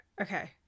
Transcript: okay